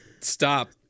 stop